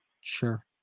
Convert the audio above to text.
Sure